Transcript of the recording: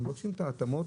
הם מבקשים את ההתאמות